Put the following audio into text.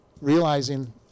realizing